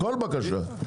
כל בקשה.